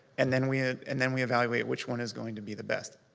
and then we and then we evaluate which one is going to be the best.